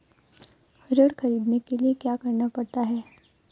ऋण ख़रीदने के लिए क्या करना पड़ता है?